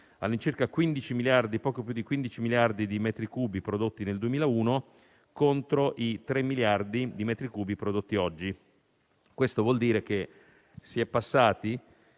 numeri parlano di poco più di 15 miliardi di metri cubi prodotti nel 2001 contro i 3 miliardi di metri cubi prodotti oggi. Questo vuol dire che si è passati